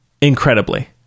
incredibly